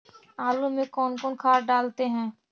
आलू में कौन कौन खाद डालते हैं?